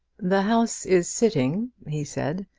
the house is sitting, he said,